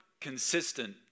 consistent